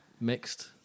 mixed